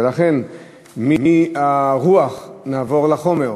ולכן מהרוח נעבור לחומר,